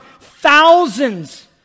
thousands